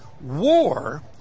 War